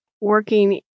working